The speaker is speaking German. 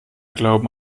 glauben